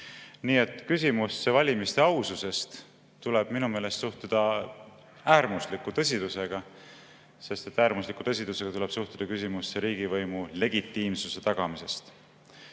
Nii et küsimusse valimiste aususest tuleb minu meelest suhtuda äärmusliku tõsidusega, sest äärmusliku tõsidusega tuleb suhtuda küsimusse riigivõimu legitiimsuse tagamisest.